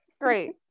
great